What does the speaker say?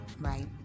right